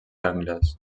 anglès